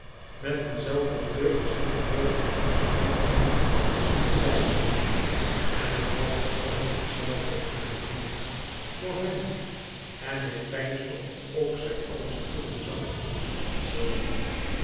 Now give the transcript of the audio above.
met een zelfde kleur als hunne woorden klank sprenkelden tusschen hen beiden en het was alles het zelfde om hen heen voor hem en hij peinsde of ook zij alles voelen zoû